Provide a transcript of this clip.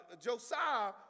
Josiah